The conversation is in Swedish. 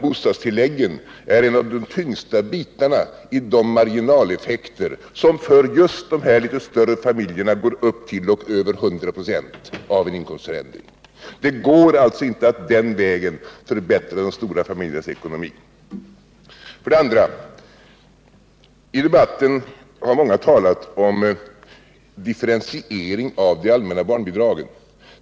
Bostadstillägget är en av de tyngsta bitarna i de marginaleffekter som för just de större familjerna går upp till och över hundra procent av en inkomstförändring. Det går alltså inte att den vägen förbättra de stora familjernas ekonomi. Sedan om barnbidraget: I debatten har många talat om differentiering av det allmänna barnbidraget.